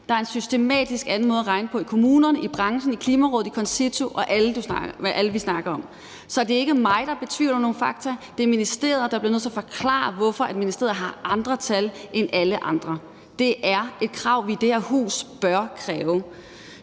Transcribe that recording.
Der er en systematisk anden måde at regne på i kommunerne, i branchen, i Klimarådet, i CONCITO og hos alle dem, vi snakker om. Så det er ikke mig, der betvivler nogle fakta; det er ministeriet, der bliver nødt til at forklare, hvorfor ministeriet har andre tal end alle andre. Det er et krav, vi i det her hus bør stille.